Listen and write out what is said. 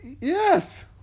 Yes